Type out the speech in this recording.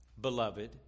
beloved